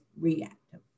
reactive